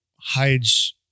hides